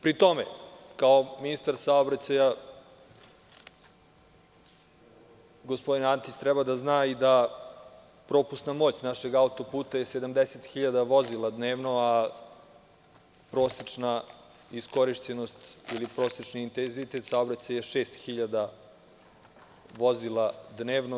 Pri tome, kao ministar saobraćaja, gospodin Antić treba da zna i da propusna moć našeg autoputa je 70.000 vozila dnevno, a prosečna iskorišćenost ili prosečni intenzitet saobraćaja je 6.000 vozila dnevno.